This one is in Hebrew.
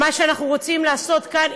ומה שאנחנו רוצים לעשות כאן,